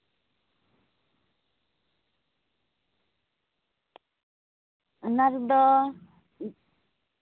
ᱚᱱᱟ ᱨᱮᱫᱚ